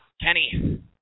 Kenny